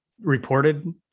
reported